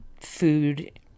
food